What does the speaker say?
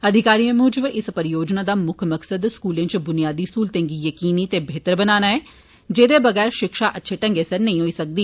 अधिकारिएं मूजब इस परियोजना दा मुक्ख मकसद स्कूलें इच बुनियादी सहुलतें गी यकीनी ते बेहतर बनाना ऐ जेदे वगैर शिक्षा अच्छे ढगै सिर नेंई होई सकदी